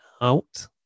out